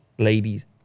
Ladies